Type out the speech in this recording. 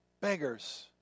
beggars